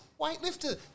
weightlifter